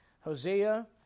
Hosea